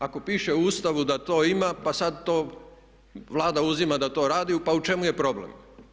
Ako piše u Ustavu da to ima pa sada to Vlada uzima da to radi pa u čemu je problem?